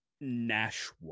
Nashua